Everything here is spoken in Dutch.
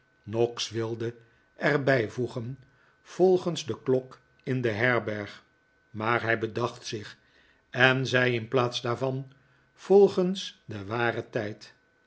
noggs wilde er bijvoegen volgens de klok in de herberg maar hij bedacht zich en zei in plaats daarvan volgens den waren tijd